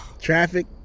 Traffic